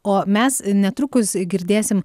o mes netrukus girdėsim